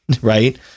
right